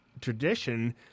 tradition